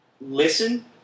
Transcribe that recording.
listen